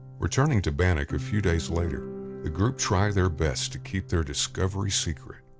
returning to bannack a few days later the group try their best to keep their discovery secret,